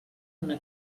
una